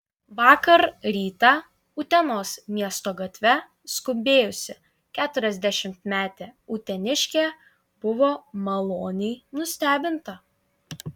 vakar rytą utenos miesto gatve skubėjusi keturiasdešimtmetė uteniškė buvo maloniai nustebinta